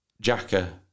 Jacker